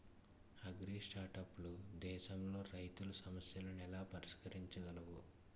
అగ్రిస్టార్టప్లు దేశంలోని రైతుల సమస్యలను ఎలా పరిష్కరించగలవు?